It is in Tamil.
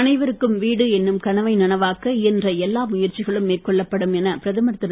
அனைவருக்கும் வீடு என்னும் கனவை நனவாக்க இயன்ற எல்லா முயற்சிகளும் மேற்கொள்ளப்படும் என பிரதமர் திரு